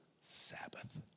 Sabbath